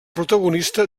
protagonista